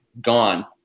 gone